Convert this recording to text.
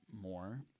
more